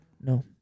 No